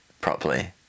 properly